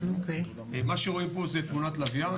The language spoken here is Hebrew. מה שרואים פה זה תמונת לווין,